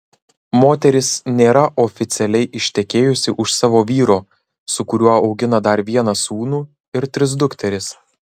moteris nėra oficialiai ištekėjusi už savo vyro su kuriuo augina dar vieną sūnų ir tris dukteris